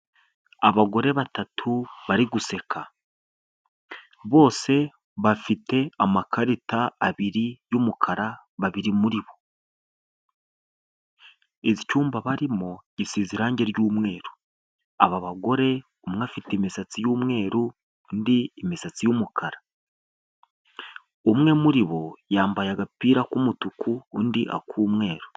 Abagore batatu bari guseka bose bafite amakarita abiri y'umukara babiri muri bo. Icyumba barimo gisize irange ry'umweru, aba bagore umwe afite imisatsi y'umweru undi imisatsi y'umukara, umwe muri bo yambaye agapira k'umutuku undi ak'umweru.